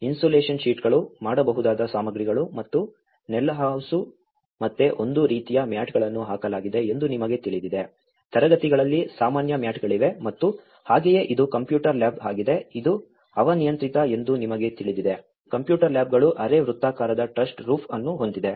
insulation ಶೀಟ್ಗಳು ಮಾಡಬಹುದಾದ ಸಾಮಗ್ರಿಗಳು ಮತ್ತು ನೆಲಹಾಸು ಮತ್ತೆ ಒಂದು ರೀತಿಯ ಮ್ಯಾಟ್ಗಳನ್ನು ಹಾಕಲಾಗಿದೆ ಎಂದು ನಿಮಗೆ ತಿಳಿದಿದೆ ತರಗತಿಗಳಲ್ಲಿ ಸಾಮಾನ್ಯ ಮ್ಯಾಟ್ಗಳಿವೆ ಮತ್ತು ಹಾಗೆಯೇ ಇದು ಕಂಪ್ಯೂಟರ್ ಲ್ಯಾಬ್ ಆಗಿದೆ ಇದು ಹವಾನಿಯಂತ್ರಿತ ಎಂದು ನಿಮಗೆ ತಿಳಿದಿದೆ ಕಂಪ್ಯೂಟರ್ ಲ್ಯಾಬ್ಗಳು ಅರೆ ವೃತ್ತಾಕಾರದ ಟ್ರಸ್ಡ್ ರೂಫ್ ಅನ್ನು ಹೊಂದಿದೆ